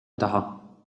taha